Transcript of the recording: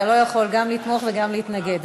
אתה לא יכול גם לתמוך וגם להתנגד.